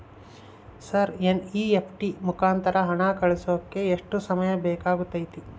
Sir NEFT ಮುಖಾಂತರ ಹಣ ಕಳಿಸೋಕೆ ಎಷ್ಟು ಸಮಯ ಬೇಕಾಗುತೈತಿ?